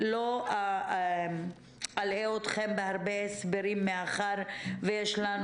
לא אלאה אתכם בהרבה הסברים מאחר שיש לנו